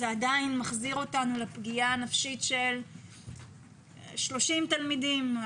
זה עדיין מחזיר אותנו לפגיעה הנפשית של 30 תלמידים,